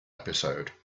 episode